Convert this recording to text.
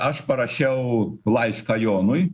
aš parašiau laišką jonui